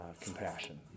compassion